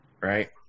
Right